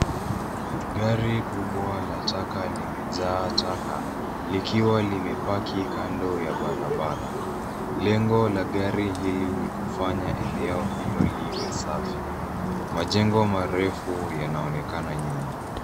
Gari kubwa la taka limejaa taka likiwa limepaki kando ya barabara. Lengo la gari hili ni kufanya eneo hilo liwe safi. Majengo marefu yanaonekana nyuma.